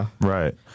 right